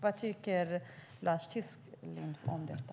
Vad tycker Lars Tysklind om detta?